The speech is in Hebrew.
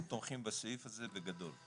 אנחנו תומכים בסעיף הזה בגדול.